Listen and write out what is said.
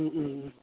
ও ও ও